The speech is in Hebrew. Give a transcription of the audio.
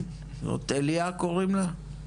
אליה קוראים לה?